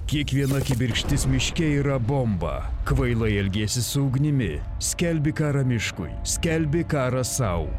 kiekviena kibirkštis miške yra bomba kvailai elgiesi su ugnimi skelbi karą miškui skelbi karą sau